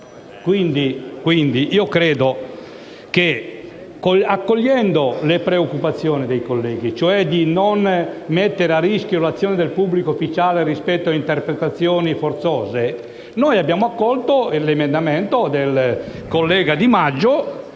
Quindi, proprio accogliendo le preoccupazioni dei colleghi di non mettere a rischio l'azione del pubblico ufficiale rispetto ad interpretazioni forzose, abbiamo accolto l'emendamento del collega Di Maggio,